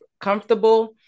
comfortable